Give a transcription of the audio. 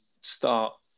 start